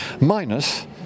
minus